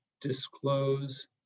disclose